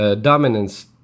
dominance